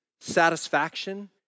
satisfaction